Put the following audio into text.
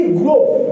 growth